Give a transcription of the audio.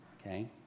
Okay